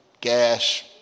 gas